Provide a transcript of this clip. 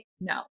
No